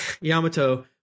Yamato